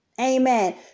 Amen